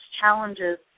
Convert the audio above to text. challenges